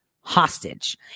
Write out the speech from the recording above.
hostage